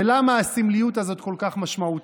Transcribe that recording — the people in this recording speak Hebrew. ולמה הסמליות הזאת כל כך משמעותית?